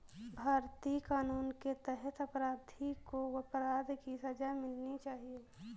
भारतीय कानून के तहत अपराधी को अपराध की सजा मिलनी चाहिए